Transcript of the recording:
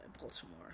Baltimore